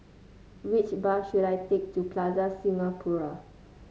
which bus should I take to Plaza Singapura